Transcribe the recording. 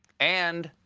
and,